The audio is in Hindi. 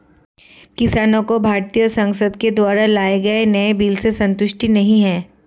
किसानों को भारतीय संसद के द्वारा लाए गए नए बिल से संतुष्टि नहीं है